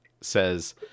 Says